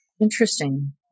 interesting